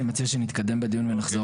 אני מציע שנתקדם בדיון ונחזור לזה.